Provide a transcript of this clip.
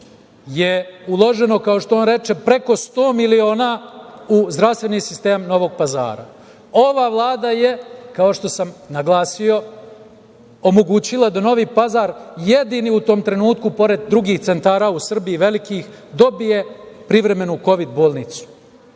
je uloženo, kao što on reče, preko 100 miliona u zdravstveni sistem Novog Pazara. Ova Vlada je, kao što sam naglasio, omogućila da Novi Pazar jedini u tom trenutku, pored drugih centara u Srbiji, velikih, dobije privremenu kovid bolnicu.